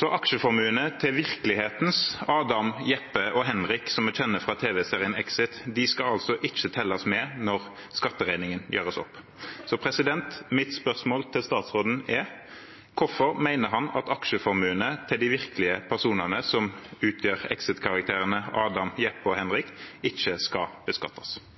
Aksjeformuene til virkelighetens Adam, Jeppe og Henrik, som vi kjenner fra TV-serien Exit, skal altså ikke telles med når skatteregningen gjøres opp. Mitt spørsmål til statsråden er: Hvorfor mener han at aksjeformuene til de virkelige personene som utgjør Exit-karakterene Adam, Jeppe og Henrik, ikke skal beskattes?